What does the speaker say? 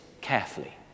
carefully